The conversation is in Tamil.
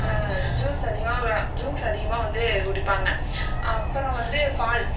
ஜூஸ் அதிகமாக ஜூஸ் அதிகமாக வந்து குடிப்பாங்க அப்புறம் வந்து பால்